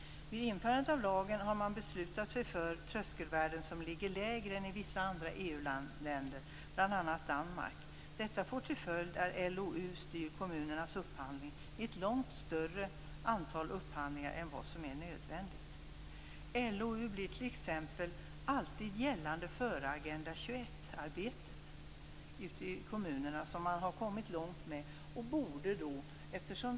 Vid införandet av lagen har man beslutat sig för tröskelvärden som ligger lägre än i vissa andra EU länder, bl.a. Danmark. Detta får till följd att LOU styr kommunernas upphandling i ett långt större antal upphandlingar än vad som är nödvändigt. LOU blir t.ex. alltid gällande före Agenda 21-arbetet i kommunerna. Det är ett arbete som man har kommit långt med.